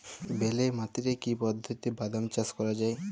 বেলে মাটিতে কি পদ্ধতিতে বাদাম চাষ করা যায়?